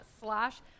slash